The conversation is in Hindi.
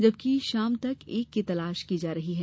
जबकि शाम तक एक की तलाश की जा रही है